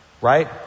Right